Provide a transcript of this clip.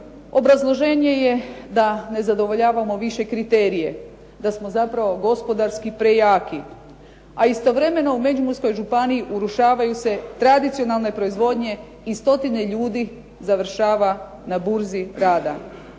Obrazloženje je da ne zadovoljavamo više kriterije. Da smo zapravo gospodarski prejaki. A istovremeno u Međimurskoj županiji urušavaju se tradicionalne proizvodnje i stotine ljudi završava na burzi rada.